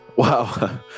Wow